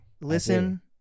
Listen